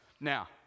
Now